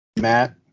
Matt